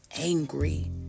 angry